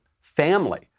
family